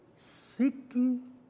Seeking